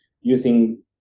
using